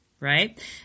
right